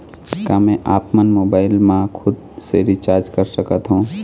का मैं आपमन मोबाइल मा खुद से रिचार्ज कर सकथों?